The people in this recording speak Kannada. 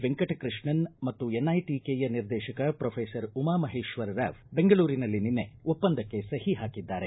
ವೆಂಕಟಕೃಷ್ಣನ್ ಮತ್ತು ಎನ್ಐಟಕೆಯ ನಿರ್ದೇಶಕ ಪ್ರೊಫೆಸರ್ ಉಮಾಮಹೇಶ್ವರರಾವ್ ಬೆಂಗಳೂರಿನಲ್ಲಿ ನಿನ್ನೆ ಒಪ್ಪಂದಕ್ಕೆ ಸಹಿ ಹಾಕಿದ್ದಾರೆ